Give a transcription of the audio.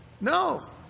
No